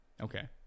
Okay